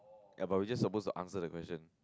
uh but we just suppose to answer the question